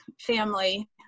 family